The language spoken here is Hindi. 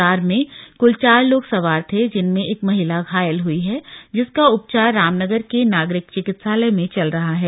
कार में कुल चार लोग सवार थे जिनमें एक महिला घायल हुई है जिसका उपचार रामनगर के नागरिक चिकित्सालय में चल रहा है